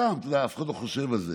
סתם, אתה יודע, אף אחד לא חושב על זה,